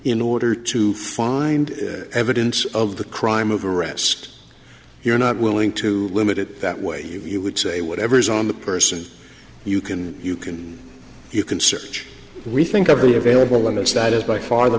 in order to find evidence of the crime of arrest you're not willing to limit it that way he would say whatever's on the person you can you can you can search we think every available in the us that is by far the